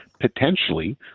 potentially